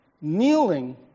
kneeling